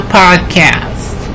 podcast